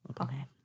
Okay